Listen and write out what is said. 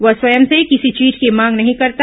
वह स्वयं से किसी चीज की मांग नहीं करता